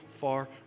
far